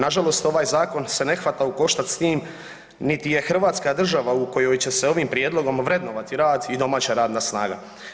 Nažalost, ovaj zakon se ne hvata u koštac s tim, niti je hrvatska država u kojoj će se ovim prijedlogom vrednovati rad i domaća radna snaga.